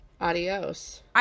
Adios